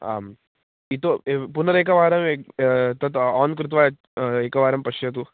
आम् इतोपि पुनरेकवारं तत् आन् कृत्वा एकवारं पश्यतु